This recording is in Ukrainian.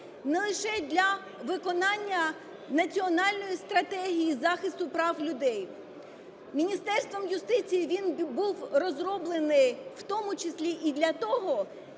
не лише для виконання Національної стратегії захисту прав людей. Міністерством юстиції він був розроблений у тому числі і для того,